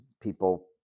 people